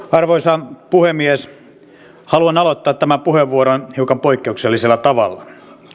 arvoisa puhemies haluan aloittaa tämän puheenvuoron hiukan poikkeuksellisella tavalla